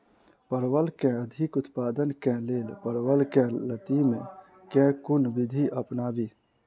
परवल केँ अधिक उत्पादन केँ लेल परवल केँ लती मे केँ कुन विधि अपनाबी?